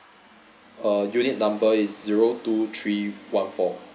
uh unit number is zero two three one four